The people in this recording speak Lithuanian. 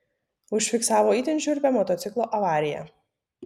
užfiksavo itin šiurpią motociklo avariją